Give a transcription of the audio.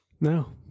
No